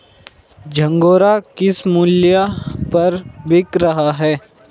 झंगोरा किस मूल्य पर बिक रहा है?